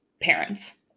parents